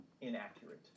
inaccurate